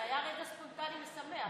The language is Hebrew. אבל זה היה רגע ספונטני משמח.